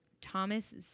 Thomas